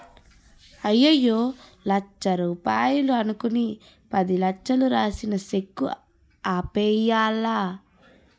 అయ్యయ్యో లచ్చ రూపాయలు అనుకుని పదిలచ్చలు రాసిన సెక్కు ఆపేయ్యాలా